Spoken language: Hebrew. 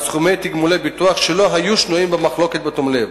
סכומי תגמולי ביטוח שלא היו שנויים במחלוקת בתום לב,